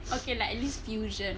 okay lah at least fusion